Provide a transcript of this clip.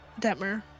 Detmer